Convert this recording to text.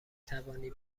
توانی